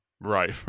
right